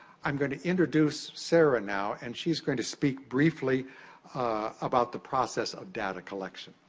i'm going to introduce sarah now, and she's going to speak briefly about the process of data collection.